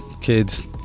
Kids